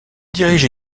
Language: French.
dirige